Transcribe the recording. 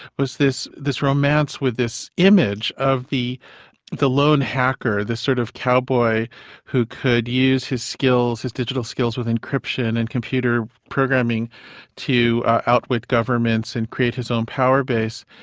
was this this romance with this image of the the lone hacker, the sort of cowboy who could use his skills, his digital skills, with encryption and computer programming to outwit governments and create his own power base,